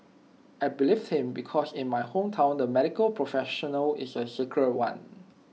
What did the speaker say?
I believed him because in my hometown the medical professional is A sacred one